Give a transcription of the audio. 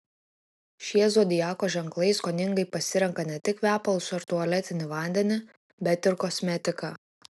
šie zodiako ženklai skoningai pasirenka ne tik kvepalus ar tualetinį vandenį bet ir kosmetiką